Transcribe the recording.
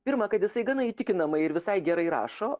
pirma kad jisai gana įtikinamai ir visai gerai rašo